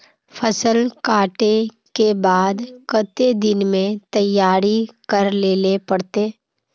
फसल कांटे के बाद कते दिन में तैयारी कर लेले पड़ते?